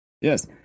Yes